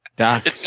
Doc